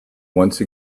once